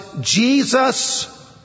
Jesus